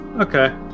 Okay